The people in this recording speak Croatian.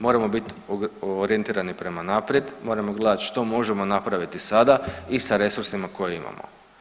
Moramo biti orijentirani prema naprijed, moramo gledati što možemo napraviti sada i sa resursima koje imamo.